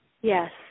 Yes